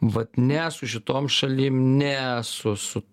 vat ne su šitom šalim ne su su